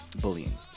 bullying